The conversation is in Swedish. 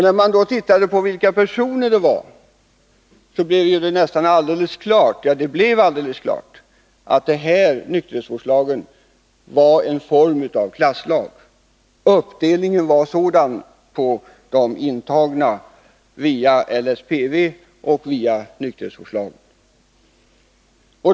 När man då tittade på vilka personer det var frågan om, blev det helt klart att nykterhetsvårdslagen var en klasslag. Uppdelningen var sådan mellan intagna via lagen om sluten psykiatrisk vård, LSPV, och intagna via nykterhetsvårdslagen.